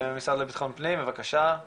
מהמשרד לביטחון פנים, בוקר טוב.